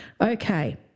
Okay